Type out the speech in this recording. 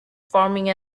forming